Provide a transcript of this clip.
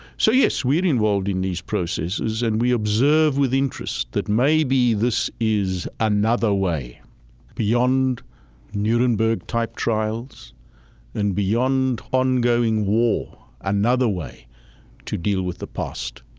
so yes, we're involved in these processes, and we observe with interest that maybe this is another way beyond nuremberg-type trials and beyond ongoing war, another way to deal with the past,